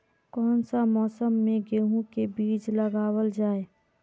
कोन सा मौसम में गेंहू के बीज लगावल जाय है